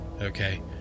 okay